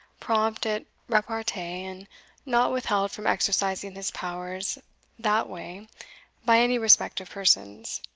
prompt at repartee, and not withheld from exercising his powers that way by any respect of persons,